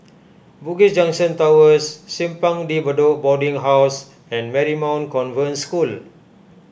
Bugis Junction Towers Simpang De Bedok Boarding House and Marymount Convent School